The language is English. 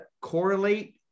correlate